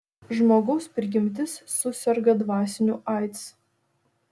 žmogaus prigimtis suserga dvasiniu aids